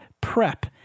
PREP